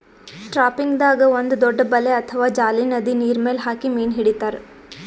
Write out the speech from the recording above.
ಟ್ರಾಪಿಂಗ್ದಾಗ್ ಒಂದ್ ದೊಡ್ಡ್ ಬಲೆ ಅಥವಾ ಜಾಲಿ ನದಿ ನೀರ್ಮೆಲ್ ಹಾಕಿ ಮೀನ್ ಹಿಡಿತಾರ್